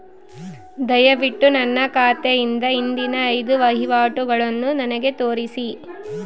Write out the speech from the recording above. ದಯವಿಟ್ಟು ನನ್ನ ಖಾತೆಯಿಂದ ಹಿಂದಿನ ಐದು ವಹಿವಾಟುಗಳನ್ನು ನನಗೆ ತೋರಿಸಿ